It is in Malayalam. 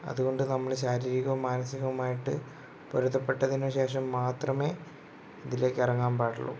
അതുകൊണ്ട് നമ്മൾ ശാരീരികവും മാനസികവുമായിട്ട് പൊരുത്തപ്പെട്ടതിന് ശേഷം മാത്രമേ ഇതിലേക്ക് ഇറങ്ങാൻ പാടുള്ളു